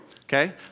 okay